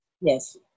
Yes